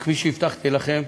וכפי שהבטחתי לכם,